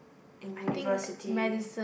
in University